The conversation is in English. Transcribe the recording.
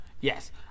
Yes